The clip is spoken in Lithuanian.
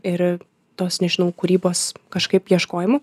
ir tos nežinau kūrybos kažkaip ieškojimu